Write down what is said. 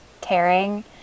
tearing